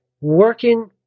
working